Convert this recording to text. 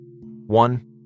One